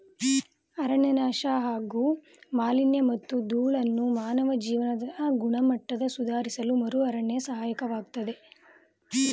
ಅರಣ್ಯನಾಶ ಹಾಗೂ ಮಾಲಿನ್ಯಮತ್ತು ಧೂಳನ್ನು ಮಾನವ ಜೀವನದ ಗುಣಮಟ್ಟ ಸುಧಾರಿಸಲುಮರುಅರಣ್ಯ ಸಹಾಯಕವಾಗ್ತದೆ